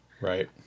right